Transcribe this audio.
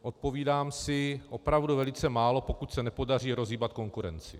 Odpovídám si opravdu velice málo, pokud se nepodaří rozhýbat konkurenci.